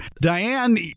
Diane